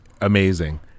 Amazing